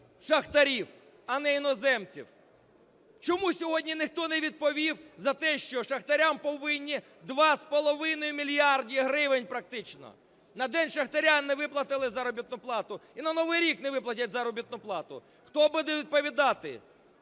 шахтарів, а не іноземців? Чому сьогодні ніхто не відповів за те, що шахтарям повинні 2,5 мільярда гривень практично? На День шахтаря не виплатили заробітну плату, і на Новий рік не виплатять заробітну плату. Хто буде відповідати?